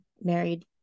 married